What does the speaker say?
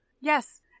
Yes